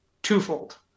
twofold